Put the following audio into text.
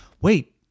wait